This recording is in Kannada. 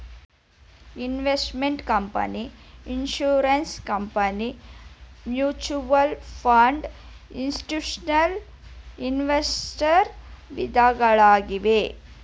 investment company, insurance company, mutual fund, institutional investors ವಿಧಗಳಾಗಿವೆ